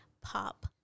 pop